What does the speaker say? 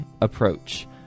approach